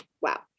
wow